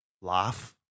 laugh